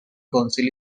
council